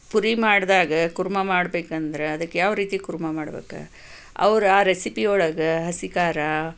ಪೂರಿ ಮಾಡಿದಾಗ ಕುರ್ಮ ಮಾಡಬೇಕೆಂದರೆ ಅದಕ್ಕೆ ಯಾವ ರೀತಿ ಕುರ್ಮ ಮಾಡಬೇಕು ಅವರು ಆ ರೆಸಿಪಿಯೊಳಗೆ ಹಸಿ ಖಾರ